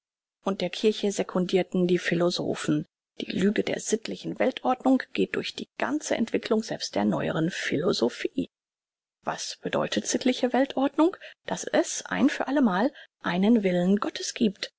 und der kirche sekundirten die philosophen die lüge der sittlichen weltordnung geht durch die ganze entwicklung selbst der neueren philosophie was bedeutet sittliche weltordnung daß es ein für alle mal einen willen gottes giebt